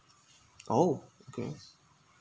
oh okay